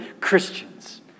Christians